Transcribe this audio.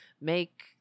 make